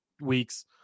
weeks